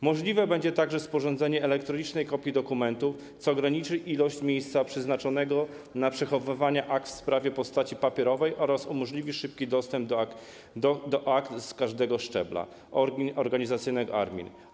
Możliwe będzie także sporządzenie elektronicznej kopii dokumentów, co ograniczy ilość miejsca przeznaczonego na przechowywanie akt w sprawie w postaci papierowej oraz umożliwi szybki dostęp do akt z każdego szczebla organizacyjnego ARiMR.